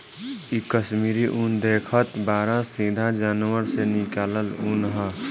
इ कश्मीरी उन देखतऽ बाड़ऽ सीधा जानवर से निकालल ऊँन ह